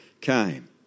came